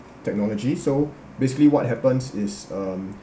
technology so basically what happens is um